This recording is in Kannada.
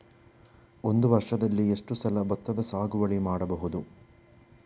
ಒಂದು ವರ್ಷದಲ್ಲಿ ಎಷ್ಟು ಸಲ ಭತ್ತದ ಸಾಗುವಳಿ ಮಾಡಬಹುದು?